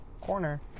corner